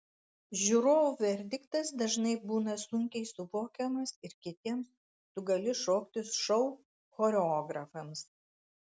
žiūrovų verdiktas dažnai būna sunkiai suvokiamas ir kitiems tu gali šokti šou choreografams